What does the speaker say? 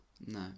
No